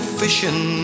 fishing